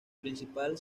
principal